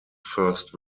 first